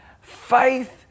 faith